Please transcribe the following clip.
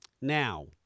Now